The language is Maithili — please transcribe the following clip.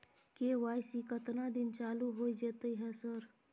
के.वाई.सी केतना दिन चालू होय जेतै है सर?